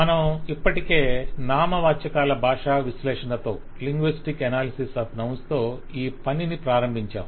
మనము ఇప్పటికే నామవాచకాల భాషా విశ్లేషణతో ఈ పనిని ప్రారంభించాము